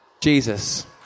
Jesus